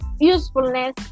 usefulness